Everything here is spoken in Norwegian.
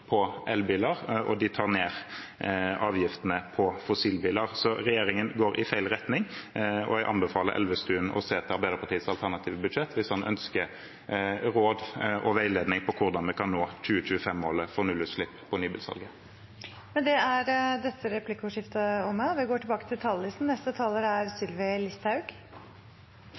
på elbiler, og de tar ned avgiftene på fossilbiler. Så regjeringen går i feil retning, og jeg anbefaler representanten Elvestuen å se til Arbeiderpartiets alternative budsjett hvis han ønsker råd og veiledning om hvordan vi kan nå 2025-målet for nullutslipp på nybilsalget. Replikkordskiftet er